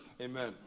Amen